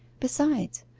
besides,